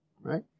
right